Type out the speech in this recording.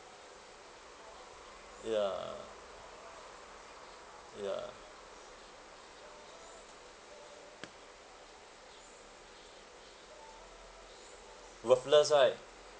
ya ya worthless right